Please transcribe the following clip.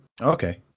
Okay